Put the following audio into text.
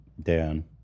Dan